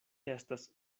estas